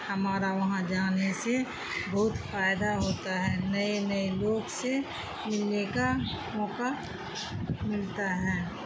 ہمارا وہاں جانے سے بہت فائدہ ہوتا ہے نئے نئے لوگ سے ملنے کا موقع ملتا ہے